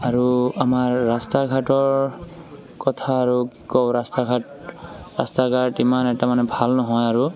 আৰু আমাৰ ৰাস্তা ঘাটৰ কথা আৰু কি কওঁ ৰাস্তা ঘাট ৰাস্তা ঘাট ইমান এটা মানে ভাল নহয় আৰু